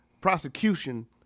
prosecution